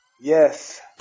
Yes